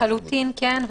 לחלוטין כן,